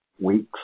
weeks